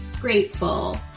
grateful